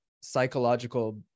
psychological